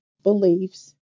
beliefs